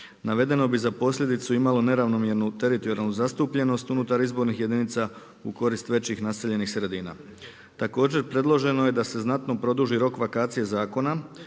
Navedeno bi za posljedicu imalo neravnomjernu teritorijalnu zastupljenost unutar izbornih jedinica u korist većih naseljenih sredina. Također predloženo je da se znatno produži rok vakacije zakona